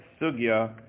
Sugya